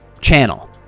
channel